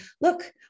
look